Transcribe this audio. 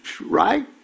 right